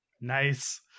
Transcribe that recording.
Nice